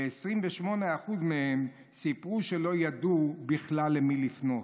ו-28% מהם סיפרו שלא ידעו בכלל למי לפנות".